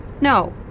No